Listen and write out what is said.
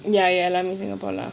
ya ya எல்லாரும்:ellarum singapore lah